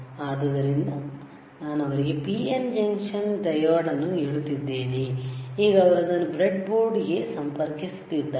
ಆದ್ದರಿಂದ ನಾನು ಅವರಿಗೆ PN ಜಂಕ್ಷನ್ ಡಯೋಡ್ ಅನ್ನು ನೀಡುತ್ತಿದ್ದೇನೆ ಈಗ ಅವರು ಅದನ್ನು ಬ್ರೆಡ್ ಬೋರ್ಡ್ ಗೆ ಸಂಪರ್ಕಿಸುತ್ತಿದ್ದಾರೆ